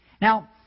Now